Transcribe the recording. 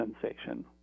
sensation